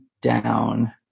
down